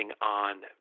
on